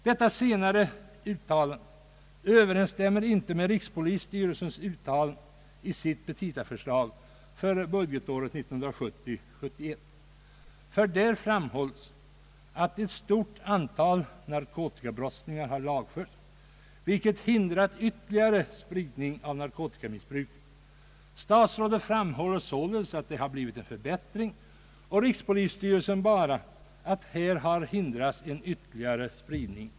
Detta senare uttalande överensstämmer inte med rikspolisstyrelsens uttalande i dess petitaförslag för budgetåret 1970/71, ty där framhålls att ett stort antal narkotikabrottslingar har lagförts, vilket hindrat ytterligare spridning av narkotikabruket. Statsrådet framhåller således att det har blivit en förbättring, och rikspolisstyrelsen bara att här har hindrats en ytterligare spridning.